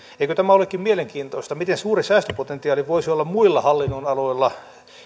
eikö tämä olekin mielenkiintoista miten suuri säästöpotentiaali voisi olla muilla hallinnonaloilla